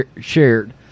shared